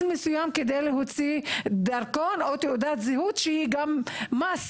מסוים כדי להוציא דרכון או תעודת זהות שהיא מחויבת?